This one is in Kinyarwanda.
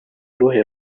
uruhe